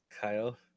Kyle